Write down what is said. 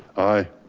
aye.